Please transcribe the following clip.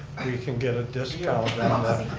can get a discount but and on